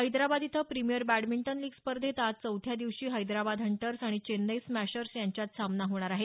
हैदराबाद इथं premier badminton league स्पर्धेत आज चौथ्या दिवशी हैदराबाद हंटर्स आणि चेन्नई स्मॅशर्स यांच्यात सामना होणार आहे